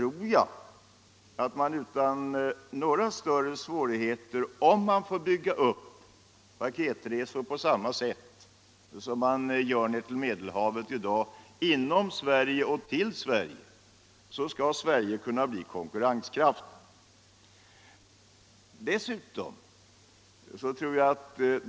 Om man inom Sverige och till Sverige kan bygga upp paketresor av samma slag som man i dag har till Medelhavet, tror jag att Sverige skall kunna bli konkurrenskraftigt på detta område.